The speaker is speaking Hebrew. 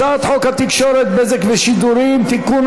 הצעת חוק התקשורת (בזק ושידורים) (תיקון,